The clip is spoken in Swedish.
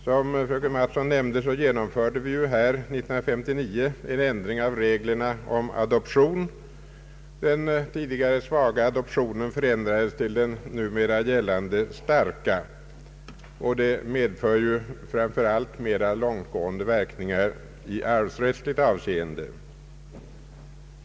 Som fröken Mattson nämnde genomfördes här i riksdagen 1959 en ändring av reglerna om adoption. Den tidigare svaga adoptionen förändrades till den numera gällande starka. Detta medförde framför allt mera långtgående verkningar i arvsrättsligt avseende.